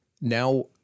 now